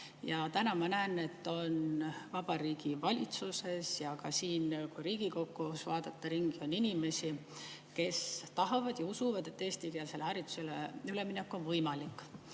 Ja täna ma näen, et Vabariigi Valitsuses ja ka siin Riigikogus on inimesi, kes tahavad ja usuvad, et eestikeelsele haridusele üleminek on võimalik.